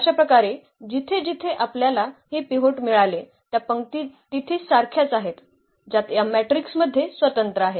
अशा प्रकारे जिथे जिथे आपल्याला हे पिव्होट मिळाले त्या पंक्ती तिथे सारख्याच आहेत ज्यात या मॅट्रिक्स मध्ये स्वतंत्र आहेत